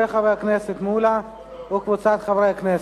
של חבר הכנסת מולה וקבוצת חברי כנסת.